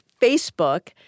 Facebook